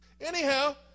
anyhow